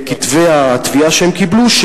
בכתבי התביעה שהם קיבלו,